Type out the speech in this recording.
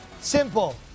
simple